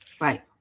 Right